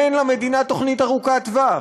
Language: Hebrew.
אין למדינה תוכנית ארוכת טווח.